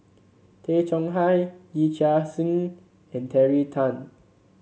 Tay Chong Hai Yee Chia Hsing and Terry Tan